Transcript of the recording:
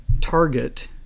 target